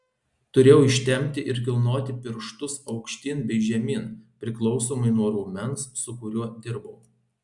turėjau ištempti ir kilnoti pirštus aukštyn bei žemyn priklausomai nuo raumens su kuriuo dirbau